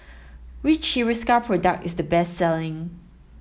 which Hiruscar product is the best selling